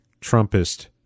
Trumpist